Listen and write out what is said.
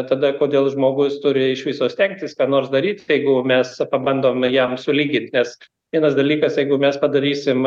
tada kodėl žmogus turi iš viso stengtis ką nors daryt jeigu mes pabandom jam sulygint nes vienas dalykas jeigu mes padarysim